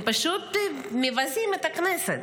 פשוט מבזים את הכנסת.